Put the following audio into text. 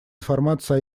информация